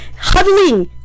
huddling